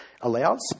allows